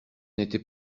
n’était